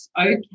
okay